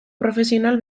profesional